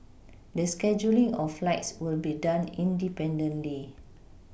the scheduling of flights will be done independently